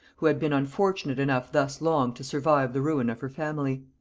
who had been unfortunate enough thus long to survive the ruin of her family.